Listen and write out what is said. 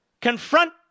confront